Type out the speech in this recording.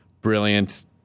brilliant